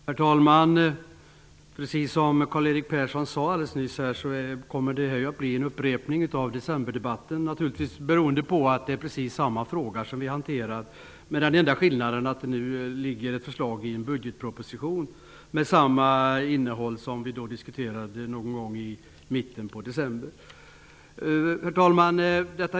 Herr talman! Precis som Karl-Erik Persson sade kommer det här att bli en upprepning av decemberdebatten. Det beror på att det är precis samma fråga som vi hanterar, med den enda skillnaden att det finns ett förslag i budgetpropositionen med samma innehåll som vi diskuterade någon gång i mitten av december. Herr talman!